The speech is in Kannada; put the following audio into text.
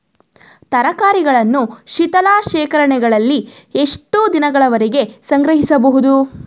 ತರಕಾರಿಗಳನ್ನು ಶೀತಲ ಶೇಖರಣೆಗಳಲ್ಲಿ ಎಷ್ಟು ದಿನಗಳವರೆಗೆ ಸಂಗ್ರಹಿಸಬಹುದು?